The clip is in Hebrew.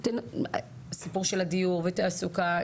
הסיפור של הדיור ותעסוקה,